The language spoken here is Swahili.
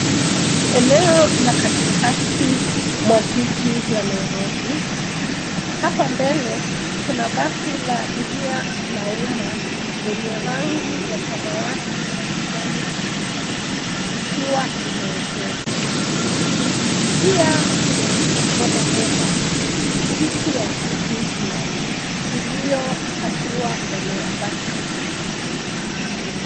Eneo la katikati mwa jiji la Nairobi, hapa mbele kuna basi la abiria la uma, lenye rangi ya samawati na kijani kibichi, likiwa limeegezwa. Pia kuna bodaboda; pikipiki ya uchukuzi yani, iliyopakiwa mbele ya basi hilo.